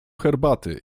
herbaty